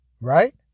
right